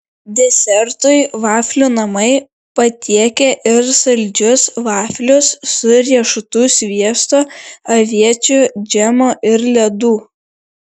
desertui vaflių namai patiekia ir saldžius vaflius su riešutų sviesto aviečių džemo ir ledų